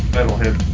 Metalhead